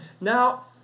Now